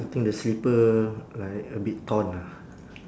I think the slipper like a bit torn ah